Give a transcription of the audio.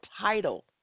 title